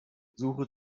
suche